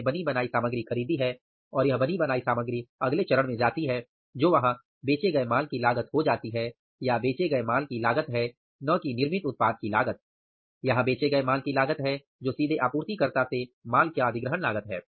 हमने बनी बनाई सामग्री खरीदी है और यह बनी बनाई सामग्री अगले चरण में जाती है जो वहां बेचे गए माल की लागत हो जाती है या बेचे गए माल की लागत है न कि निर्मित उत्पाद की लागत यह बेचे गए माल की लागत है जो सीधे आपूर्तिकर्ता से माल की अधिग्रहण लागत है